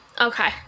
okay